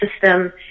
system